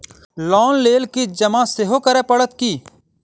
Loan लेल किछ जमा सेहो करै पड़त की?